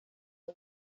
una